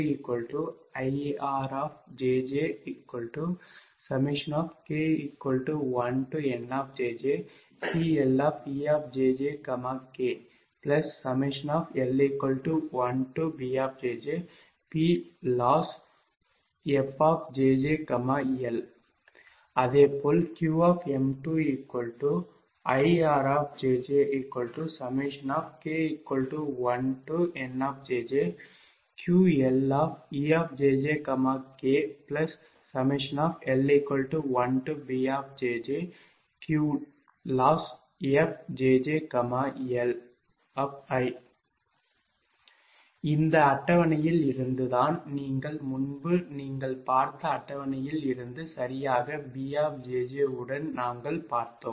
Pm2IRjjk1NjjPLejjkl1BjjPLossfjjl அதுபோலவே Qm2IRjjk1NjjQLejjkl1BjjQLossfjjl I இந்த அட்டவணையில் இருந்து தான் நீங்கள் முன்பு நீங்கள் பார்த்த அட்டவணையில் இருந்து சரியாக B உடன் நாங்கள் பார்த்தோம்